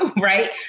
Right